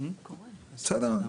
זה בסדר,